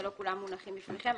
ולא כולם מונחים בפניכם.